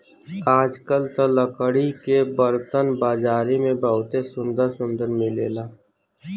आजकल त लकड़ी के बरतन बाजारी में बहुते सुंदर सुंदर मिलेला